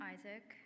Isaac